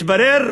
מתברר